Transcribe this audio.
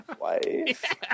Wife